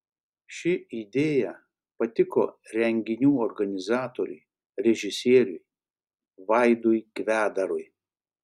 ši idėja patiko renginių organizatoriui režisieriui vaidui kvedarui